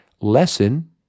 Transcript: lesson